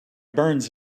burns